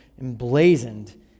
emblazoned